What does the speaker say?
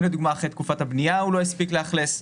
לדוגמה אחרי תקופת הבנייה הוא לא הספיק לאכלס.